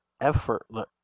effortless